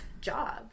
job